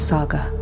Saga